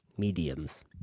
mediums